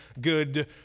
good